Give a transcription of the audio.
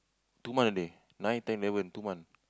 two month already nine ten eleven two month